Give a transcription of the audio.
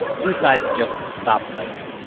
two sides just stop fighting.